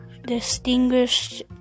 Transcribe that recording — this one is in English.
Distinguished